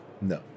No